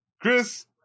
Chris